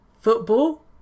Football